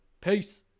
Peace